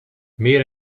meer